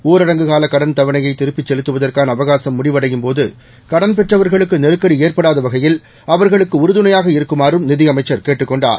ஊரடங்கு கால கடன் தவனையை திருப்பிச் செலுத்துவதற்கான அவகாசம் முடிவடையும்போது கடன் பெற்றவர்களுக்கு நெருக்கடி ஏற்படாத வகையில் அவர்களுக்கு உறுதுணையாக இருக்குமாறும் நிதியமைச்சர் கேட்டுக் கொண்டார்